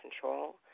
control